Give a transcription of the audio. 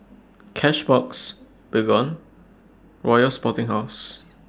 Cashbox Baygon Royal Sporting House